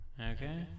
Okay